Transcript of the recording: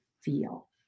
feel